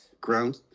ground